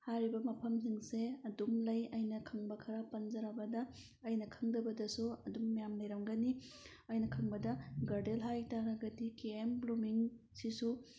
ꯍꯥꯏꯔꯤꯕ ꯃꯐꯝꯁꯤꯡꯁꯦ ꯑꯗꯨꯝ ꯂꯩ ꯑꯩꯅ ꯈꯪꯕ ꯈꯔ ꯄꯟꯖꯔꯕꯗ ꯑꯩꯅ ꯈꯪꯗꯕꯗꯁꯨ ꯑꯗꯨꯝ ꯃꯌꯥꯝ ꯂꯩꯔꯝꯒꯅꯤ ꯑꯩꯅ ꯈꯪꯕꯗ ꯒꯥꯔꯗꯦꯜ ꯍꯥꯏꯕꯇꯥꯔꯒꯗꯤ ꯀꯦ ꯑꯦꯝ ꯕ꯭ꯂꯨꯃꯤꯡ ꯁꯤꯁꯨ